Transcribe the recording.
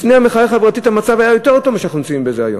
לפני המחאה החברתית המצב היה יותר טוב ממה שאנחנו נמצאים בו היום.